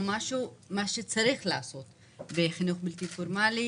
מה שצריך לעשות בחינוך בלתי פורמלי,